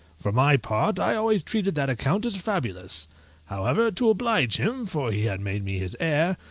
for my part i always treated that account as fabulous however, to oblige him, for he had made me his heir,